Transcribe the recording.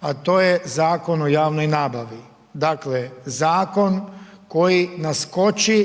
a to je Zakon o javnoj nabavi. Dakle, zakon koji nas koči,